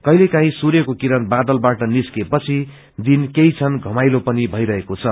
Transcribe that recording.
कहिले काहिँ सूंयको किरण वादलवाट निस्किए पछि दिन केही क्षण घमाइलो पनि भैरहेको छ